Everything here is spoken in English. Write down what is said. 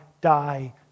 die